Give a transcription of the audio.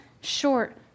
short